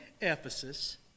Ephesus